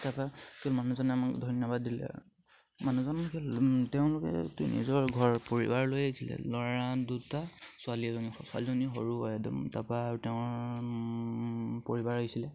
তাপা কি মানুহজনে আমাক ধন্যবাদ দিলে মানুহজন তেওঁলোকে নিজৰ ঘৰৰ পৰিবাৰ লৈ আহিছিলে ল'ৰা দুটা ছোৱালী এজনী ছোৱালীজনী সৰু একদম তাপা আৰু তেওঁৰ পৰিবাৰ আহিছিলে